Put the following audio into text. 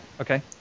Okay